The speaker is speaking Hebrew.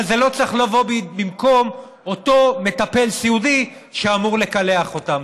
אבל זה לא צריך לבוא במקום אותו מטפל סיעודי שאמור לקלח אותם.